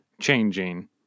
changing